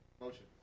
Motion